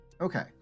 Okay